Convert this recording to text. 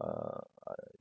err I